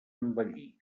envellir